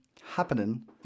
happening